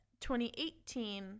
2018